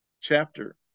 chapter